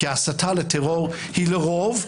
כי ההסתה לטרור היא לרוב,